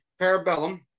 Parabellum